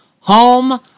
home